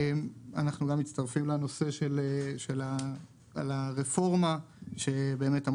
אנחנו גם מצטרפים לנושא של הרפורמה שאמורה